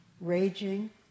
Raging